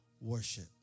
worship